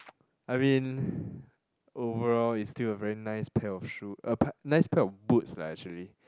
I mean overall it's still a very nice pair of shoe uh nice pair of boots lah actually